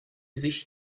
sich